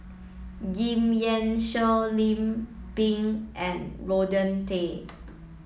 Giam Yean Song Lim Pin and Rodney Tan